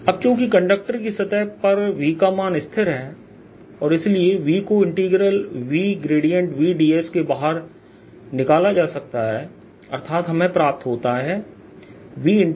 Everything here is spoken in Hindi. अब चूंकि कंडक्टर की सतह पर V का मान स्थिर है और इसलिए V को VVdS से बाहर निकाला जा सकता है अर्थात हमें प्राप्त होता है VVdS